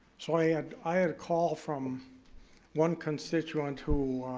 so i had i had a call from one constituent who,